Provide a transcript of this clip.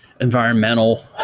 environmental